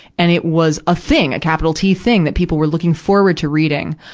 and it was a thing, a capital t thing, that people were looking forward to reading.